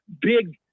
big